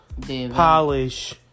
polish